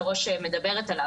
שהיו"ר מדברת עליו.